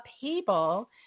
people